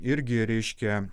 irgi reiškia